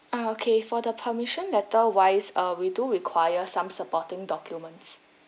ah okay for the permission letter wise uh we do require some supporting documents